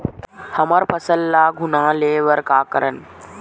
हमर फसल ल घुना ले बर का करन?